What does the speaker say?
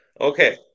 Okay